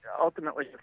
ultimately